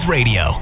Radio